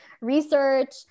research